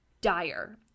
dire